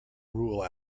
rule